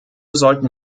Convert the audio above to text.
sollten